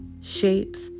shapes